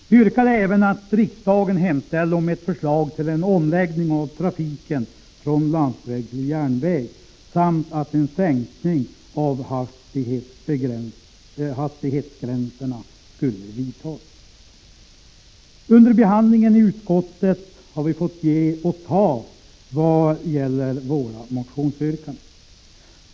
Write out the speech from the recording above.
Vi yrkade även att riksdagen skulle hemställa om ett förslag till omläggning av trafiken från landsväg till järnväg samt att en sänkning av hastighetsgränserna skulle genomföras. Under behandlingen i utskottet har vi fått ge och ta vad det gäller våra motionsyrkanden.